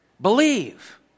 Believe